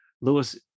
lewis